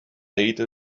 ate